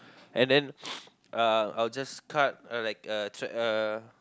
and then uh I'll just cut a like a tri~ uh